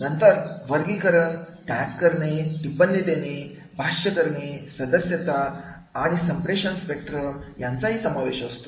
नंतर वर्गीकरण टॅग करणे टिप्पणी देणे भाष्य आणि सदस्यता आणि संप्रेषण स्पेक्ट्रम यांचा समावेश होतो